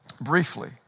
briefly